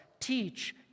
Teach